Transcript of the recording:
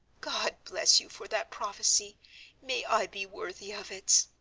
god bless you for that prophecy may i be worthy of it.